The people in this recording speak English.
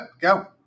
Go